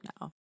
now